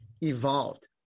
evolved